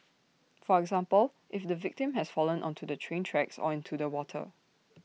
for example if the victim has fallen onto the train tracks or into the water